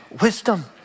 Wisdom